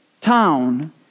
town